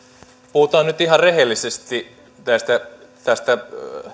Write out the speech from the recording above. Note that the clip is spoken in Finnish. puhutaan nyt ihan rehellisesti tästä tästä